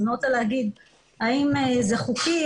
אז אני לא רוצה להגיד אם זה חוקי,